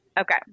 Okay